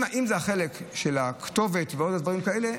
האם זה החלק של הכתובת ועוד דברים כאלה,